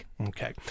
Okay